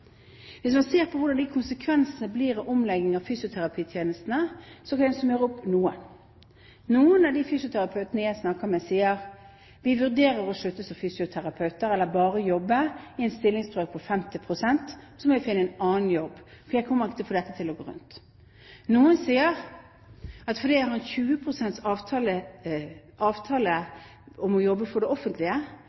Hvis man ser på hvordan konsekvensene blir av omleggingen av fysioterapitjenestene, så kan jeg oppsummere noe. Noen av de fysioterapeutene jeg har snakket med, sier: Jeg vurderer å slutte som fysioterapeut, eller bare jobbe i en stillingsbrøk på 50 pst., og så må jeg finne en annen jobb, for jeg kommer ikke til å få dette til å gå rundt. Noen sier: Fordi jeg har en 20 pst. avtale om å jobbe for det offentlige,